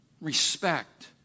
respect